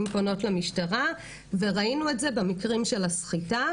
פונות למשטרה וראינו את זה במקרים של הסחיטה.